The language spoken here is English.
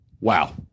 Wow